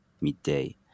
midday